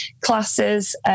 classes